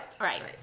Right